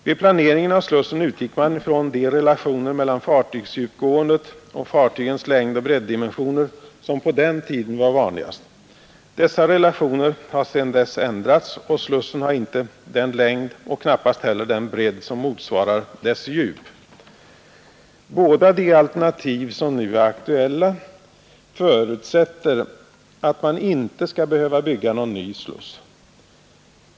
Vid planeringen av slussen utgick man från de relationer mellan fartygsdjupgåendet och fartygens längdoch breddsdimensioner som på den tiden var vanligast. Dessa relationer har sedan dess ändrats, och slussen har inte den längd och knappast heller den bredd som motsvarar dess djup. Båda de alternativ som nu är aktuella förutsätter att man inte skall behöva bygga någon ny sluss.